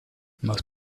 most